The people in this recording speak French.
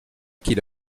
qu’il